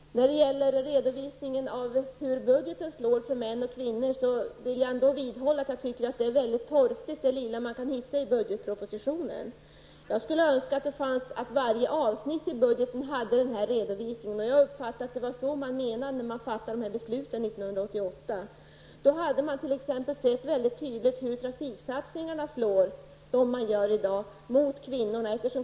När det gäller redovisningen av hur budgeten slår för män och kvinnor vill jag ändå vidhålla att jag tycker att det lilla man kan hitta i budgetpropositionen är väldigt torftigt. Jag skulle önska att varje avsnitt i budgeten hade den här redovisningen. Jag uppfattade att det var så man menade när man fattade de här besluten 1988. Då hade man sett mycket tydligt hur t.ex. trafiksatsningarna slår mot kvinnorna i dag.